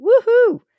woohoo